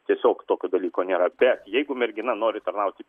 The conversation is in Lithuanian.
tiesiog tokio dalyko nėra bet jeigu mergina nori tarnauti